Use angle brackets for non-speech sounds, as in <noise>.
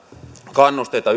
kannusteita <unintelligible>